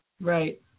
right